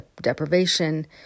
deprivation